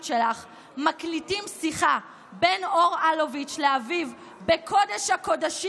שלך מקליטים שיחה בין אור אלוביץ' לאביו בקודש-הקודשים,